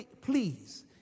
Please